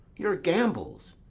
your gambols?